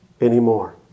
anymore